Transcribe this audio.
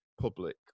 public